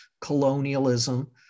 colonialism